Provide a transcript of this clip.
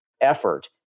effort